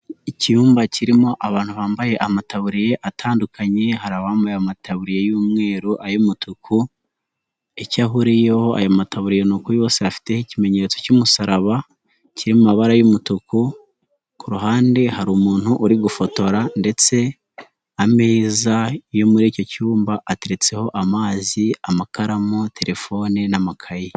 Icyumba kirimo abantu bambaye amataburiye atandukanye, hari abambaye amataburiya y'umweru, ay'umutuku; icyahuriyeho ayo mataburirouko yose afite ikimenyetso cy'umusaraba kiri mu mabara y'umutuku, kuhande hari umuntu uri gufotora ndetse ameza yo muri icyo cyumba ateretseho amazi, amakaramu, telefone n'amakaye.